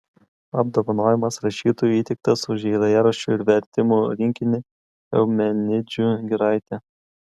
apdovanojimas rašytojui įteiktas už eilėraščių ir vertimų rinkinį eumenidžių giraitė